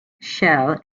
shell